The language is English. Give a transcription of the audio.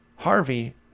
Harvey